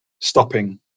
stopping